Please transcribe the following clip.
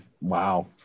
Wow